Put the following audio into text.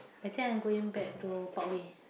I think I going back to Parkway